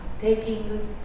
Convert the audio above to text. Taking